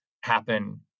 happen